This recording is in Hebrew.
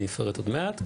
ואפרט עוד מעט.